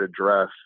address